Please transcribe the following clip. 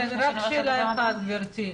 כן, רק שאלה אחת, גברתי: